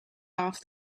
off